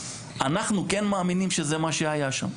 אנחנו כן מאמינים שזה מה שהיה שם,